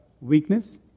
weakness